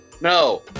No